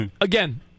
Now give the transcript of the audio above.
again